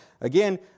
again